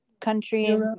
country